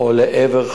או לעבר,